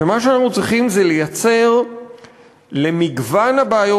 ומה שאנחנו צריכים זה לייצר למגוון הבעיות